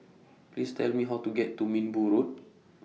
Please Tell Me How to get to Minbu Road